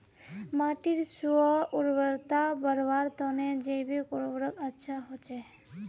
माटीर स्व उर्वरता बढ़वार तने जैविक उर्वरक अच्छा होचे